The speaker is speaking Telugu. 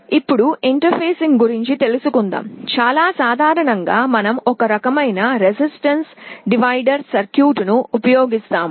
ఇప్పుడు ఇంటర్ఫేసింగ్ గురించి మాట్లాడటం చాలా సాధారణంగా మనం ఒక రకమైన రెసిస్టెన్స్ డివైడర్ సర్క్యూట్ను ఉపయోగిస్తాము